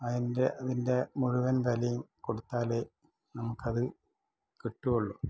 അതിൻ്റെ ഇതിൻ്റെ മുഴുവൻ വിലയും കൊടുത്താലേ നമുക്കത് കിട്ടുകയുള്ളു